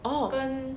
orh